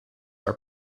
are